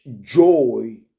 joy